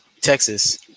texas